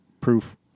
proof